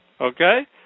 okay